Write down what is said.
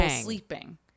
sleeping